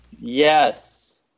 Yes